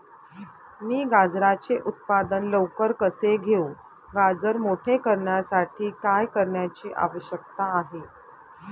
मी गाजराचे उत्पादन लवकर कसे घेऊ? गाजर मोठे करण्यासाठी काय करण्याची आवश्यकता आहे?